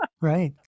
Right